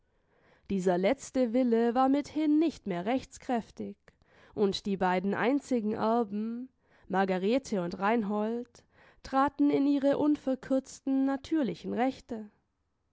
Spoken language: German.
dieser letzte wille war mithin nicht mehr rechtskräftig und die beiden einzigen erben margarete und reinhold traten in ihre unverkürzten natürlichen rechte